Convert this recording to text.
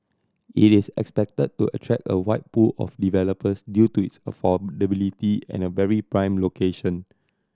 it is expected to attract a wide pool of developers due to its affordability and a very prime location